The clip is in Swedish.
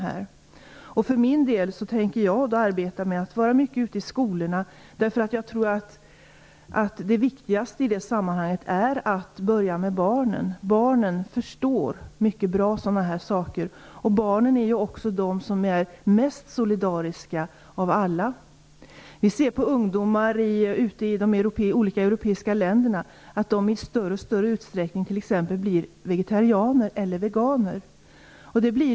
Jag för min del tänker vara ute mycket på skolor. Det viktigaste i det sammanhanget tror jag är att börja med barnen. Barnen förstår mycket bra sådana här saker och är de som är mest solidariska av alla. Ungdomar ute i olika europeiska länder t.ex. blir i allt större utsträckning vegetarianer eller veganer.